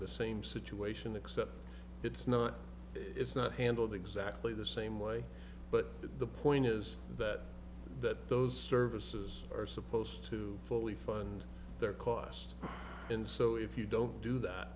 the same situation except it's not it's not handled exactly the same way but the point is that that those services are supposed to fully fund their cost and so if you don't do that